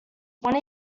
when